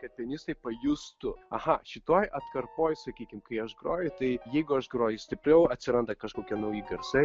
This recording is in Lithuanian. kad pianistai pajustų aha šitoj atkarpoj sakykim kai aš groju tai jeigu aš groju stipriau atsiranda kažkokie nauji garsai